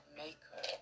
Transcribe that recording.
maker